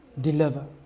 deliver